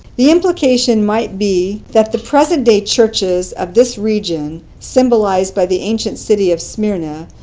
the implication might be that the present-day churches of this region symbolized by the ancient city of smyrna,